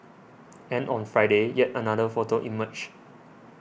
and on Friday yet another photo emerged